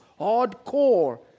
hardcore